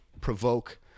provoke